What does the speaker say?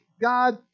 God